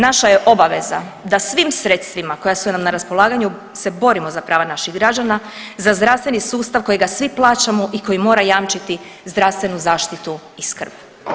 Naša je obaveza da svim sredstvima koja su nam na raspolaganju se borimo za prava naših građana, za zdravstveni sustav kojega svi plaćamo i koji mora jamčiti zdravstvenu zaštitu i skrb.